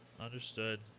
Understood